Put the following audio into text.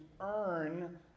earn